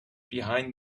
behind